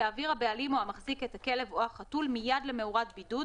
יעביר הבעלים או המחזיק את הכלב או החתול מייד למאורת בידוד